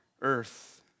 earth